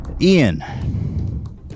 Ian